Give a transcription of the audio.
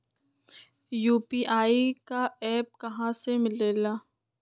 UPI का app कहा से मिलेला?